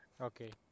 Okay